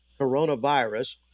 coronavirus